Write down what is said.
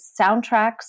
soundtracks